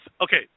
okay